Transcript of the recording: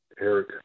Eric